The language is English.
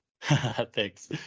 thanks